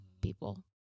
people